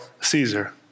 Caesar